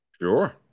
Sure